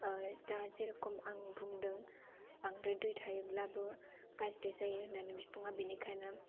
दा जेरखम आं बुंदों बांद्राय दै थायोब्लाबो गाज्रि जायो होननानै बिफाङा बेनिखायनो